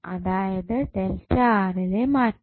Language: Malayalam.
അതായത് ΔR ലെ മാറ്റം